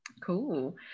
Cool